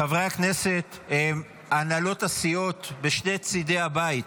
חברי הכנסת, הנהלות הסיעות בשני צידי הבית,